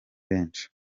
benshi